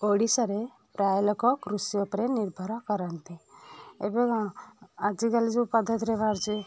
ଓଡ଼ିଶାରେ ପ୍ରାୟ ଲୋକ କୃଷି ଉପରେ ନିର୍ଭର କରନ୍ତି ଏବେ କ'ଣ ଆଜିକାଲି ଯେଉଁ ପଦ୍ଧତିର ବାହାରୁଛି